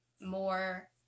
more